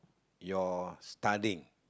your studying